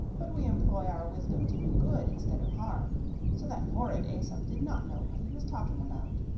but we employ our wisdom to do good, instead of harm so that horrid aesop did not know what he was talking about.